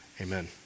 Amen